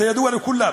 אתה ידוע לכולם,